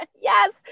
Yes